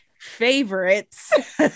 favorites